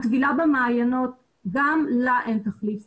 הטבילה במעיינות, גם לה אין תחליף.